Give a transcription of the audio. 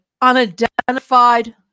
Unidentified